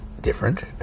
different